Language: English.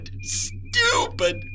Stupid